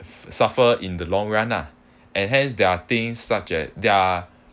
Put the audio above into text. suffer in the long run ah and hence their things such as their